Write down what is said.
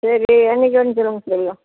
சரி என்றைக்கி வரணுன்னு சொல்லுங்கள் சரியா